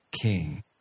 king